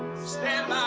stand